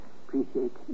appreciate